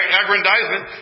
aggrandizement